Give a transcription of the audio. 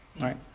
right